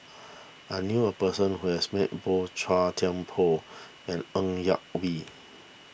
I knew a person who has met both Chua Thian Poh and Ng Yak Whee